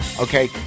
okay